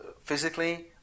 physically